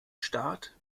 staat